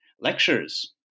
Lectures